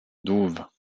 douves